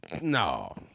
No